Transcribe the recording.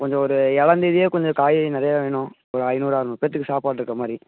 கொஞ்சம் ஒரு ஏழாம்தேதியே கொஞ்சம் காய் நிறையா வேணும் ஒரு ஐந்நூறு அறநூறு பேற்றுக்கு சாப்பாடு இருக்கற மாதிரி